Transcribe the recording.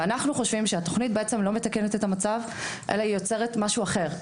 אנחנו חושבים שהתוכנית בעצם לא מתקנת את המצב אלא היא יוצרת משהו אחר.